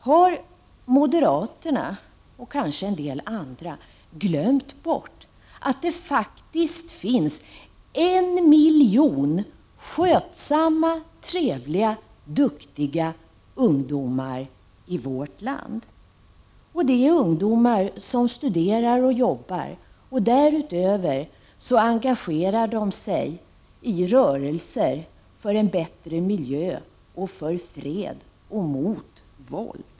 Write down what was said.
Har moderaterna och kanske en del andra glömt bort att det faktiskt finns 1 miljon skötsamma, trevliga och duktiga ungdomar i vårt land? Det är ungdomar som studerar och jobbar och därutöver engagerar sig i rörelser för en bättre miljö och för fred och mot våld.